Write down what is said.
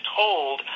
told